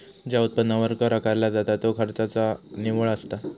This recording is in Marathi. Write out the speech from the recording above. ज्या उत्पन्नावर कर आकारला जाता त्यो खर्चाचा निव्वळ असता